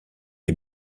est